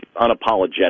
Unapologetic